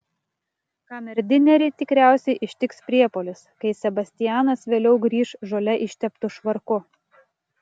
kamerdinerį tikriausiai ištiks priepuolis kai sebastianas vėliau grįš žole išteptu švarku